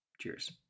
Cheers